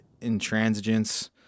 intransigence